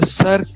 sir